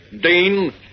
Dean